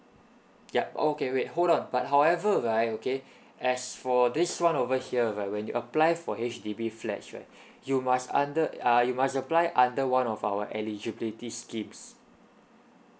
yup oh okay wait hold on but however right okay as for this one over here right when you apply for H_D_B flats right you must under uh you must apply under one of our eligibility schemes